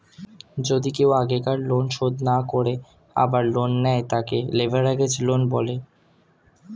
যদি কেও আগেকার লোন শোধ না করে আবার লোন নেয়, তাকে লেভেরাগেজ লোন বলে